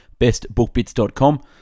bestbookbits.com